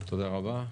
תודה רבה.